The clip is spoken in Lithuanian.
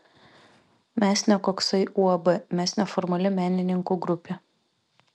mes ne koksai uab mes neformali menininkų grupė